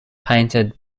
painted